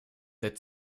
der